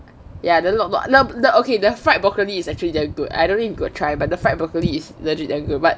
ya the lok lok no the that okay the fried broccoli is actually damn good I don't think you got try but the fried broccoli is legit damn good